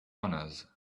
honors